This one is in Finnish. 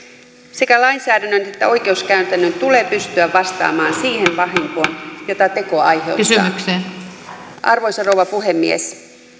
sekä lainsäädännön että oikeuskäytännön tulee pystyä vastaamaan siihen vahinkoon jota teko aiheuttaa arvoisa rouva puhemies